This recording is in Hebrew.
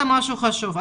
משהו חשוב.